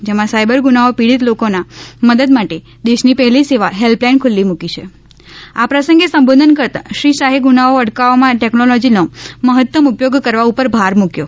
જેમાં સાઇબર ગુનાઓ પીડીત લોકોના મદદ માટે દેશની પહેલી સેવા હેલ્પ લાઇન ખુલ્લી મુકી હિં આ પ્રંસંગે સંબોધન કરતા શ્રી શાહે ગુનાઓ અટકાવવામાં ટેકનોલોજીનો મહત્મ ઉપયોગ કરવા ઉપર ભાર મુક્યો